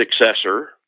successor